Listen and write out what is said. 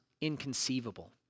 inconceivable